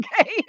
Okay